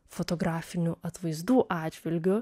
fotografinių atvaizdų atžvilgiu